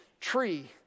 tree